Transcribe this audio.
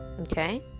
okay